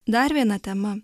dar viena tema